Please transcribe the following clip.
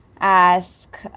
ask